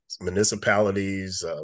municipalities